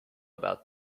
about